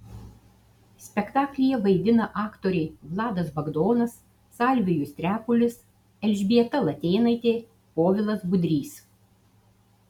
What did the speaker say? spektaklyje vaidina aktoriai vladas bagdonas salvijus trepulis elžbieta latėnaitė povilas budrys